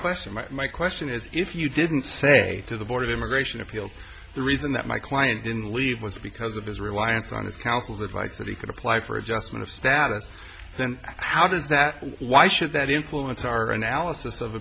question my my question is if you didn't say to the board of immigration appeals the reason that my client didn't leave was because of his reliance on his counsel's advice that he could apply for adjustment of status and how does that why should that influence our analysis of